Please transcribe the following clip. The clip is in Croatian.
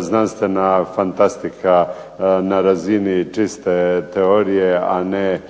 znanstvena fantastika na razini čiste teorije a ne